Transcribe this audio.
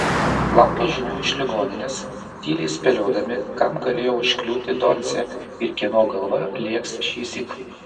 laukė žinių iš ligoninės tyliai spėliodami kam galėjo užkliūti doncė ir kieno galva lėks šįsyk